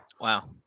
Wow